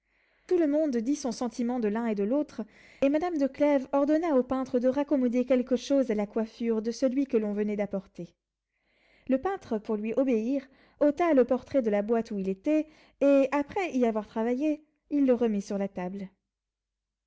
tout le monde dit son sentiment de l'un et de l'autre et madame de clèves ordonna au peintre de raccommoder quelque chose à la coiffure de celui que l'on venait d'apporter le peintre pour lui obéir ôta le portrait de la boîte où il était et après y avoir travaillé il le remit sur la table